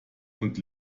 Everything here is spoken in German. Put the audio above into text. und